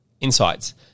Insights